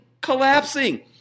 collapsing